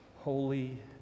holy